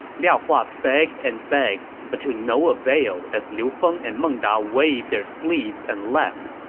liao hua begged and begged, but to no avail as liu feng and meng da waived their sleeves and left.